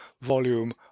volume